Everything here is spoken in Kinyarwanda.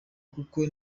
koko